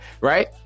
Right